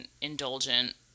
indulgent